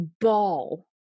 ball